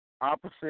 opposite